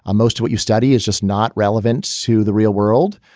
um most of what you study is just not relevant to the real world.